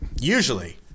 Usually